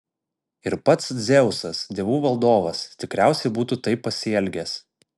ir pats dzeusas dievų valdovas tikriausiai būtų taip pasielgęs